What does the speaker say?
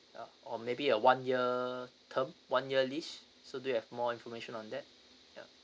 uh or maybe a one year term one year least so do you have more information on that ya